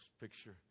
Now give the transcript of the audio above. picture